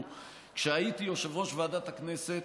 כשהייתי יושב-ראש ועדת הכנסת,